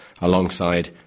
alongside